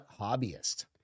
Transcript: hobbyist